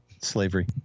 Slavery